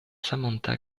samantha